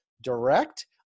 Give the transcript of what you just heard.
Direct